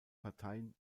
parteien